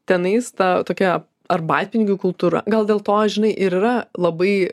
tenais ta tokia arbatpinigių kultūra gal dėl to žinai ir yra labai